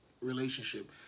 relationship